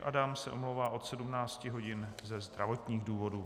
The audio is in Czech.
Adam se omlouvá od 17 hodin ze zdravotních důvodů.